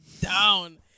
down